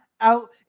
out